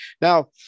Now